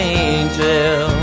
angel